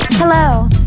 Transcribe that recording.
Hello